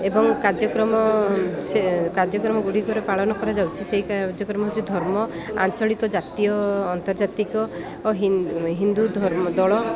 ଏବଂ କାର୍ଯ୍ୟକ୍ରମ ସେ କାର୍ଯ୍ୟକ୍ରମ ଗୁଡ଼ିକରେ ପାଳନ କରାଯାଉଛି ସେଇ କାର୍ଯ୍ୟକ୍ରମ ହେଉଛି ଧର୍ମ ଆଞ୍ଚଳିକ ଜାତୀୟ ଅନ୍ତର୍ଜାତିକ ଓ ହିନ୍ଦୁ ଧର୍ମ ଦୋଳ